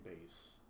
base